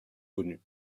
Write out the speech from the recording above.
connus